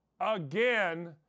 again